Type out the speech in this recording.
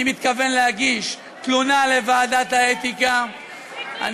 אני מתכוון להגיש תלונה לוועדת האתיקה.